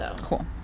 Cool